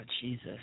Jesus